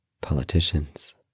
politicians